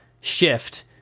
shift